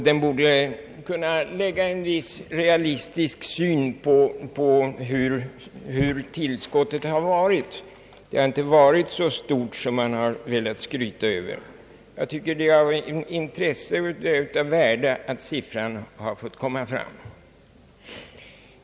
En något mera realistisk syn på bostadstillskottets storlek borde nu vara möjlig — tillskottet har inte varit så stort som man velat skryta över. Jag tycker att det är av värde att siffran har fått komma fram.